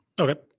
Okay